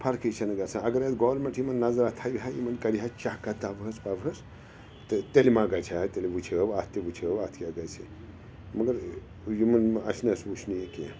فرقٕے چھَنہٕ گژھان اگر اَسہِ گورمِنٛٹ یِمَن نظرا تھاوہِہ یِمَن کَرِہا چَک اَتھ دۄہَس ووہس تہٕ تیٚلہِ ما گژھِ ہا تیٚلہِ وٕچھو اَتھ تہِ وٕچھو اَتھ کیٛاہ گژھِ مگر یِمَن اَسہِ نہٕ حظ وُچھ نہ یہِ کینٛہہ